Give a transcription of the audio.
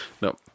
no